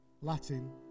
Latin